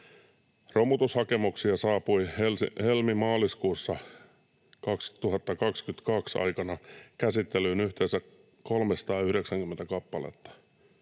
Romutushakemuksia saapui helmi—maaliskuussa 2022 käsittelyyn yhteensä 390 kappaletta.